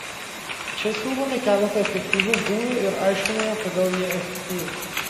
čia siūlome keletą efektyvių būdų ir aiškiname kodėl jie efektyvūs